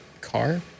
car